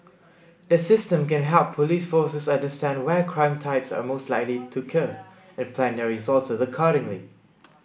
the system can help police forces understand where crime types are most likely to occur and plan their resources accordingly